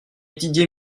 didier